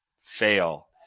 fail